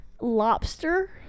Lobster